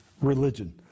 religion